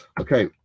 okay